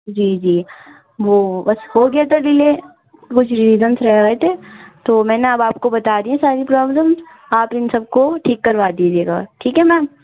جی جی وہ بس ہو گیا تھا ڈلے کچھ ریزنس رہ گئے تھے تو میں نے اب آپ کو بتا دی ہیں ساری پرابلم آپ ان سب کو ٹھیک کروا دیجیے گا ٹھیک ہے میم